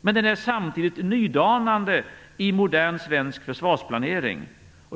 men den är samtidigt nydanande i modern svensk försvarsplanering.